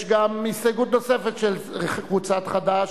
יש גם הסתייגות נוספת של קבוצת חד"ש,